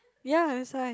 ya is like